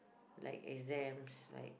like exams like